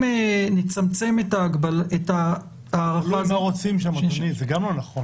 אם נצמצם את ה --- אדוני, זה גם לא נכון.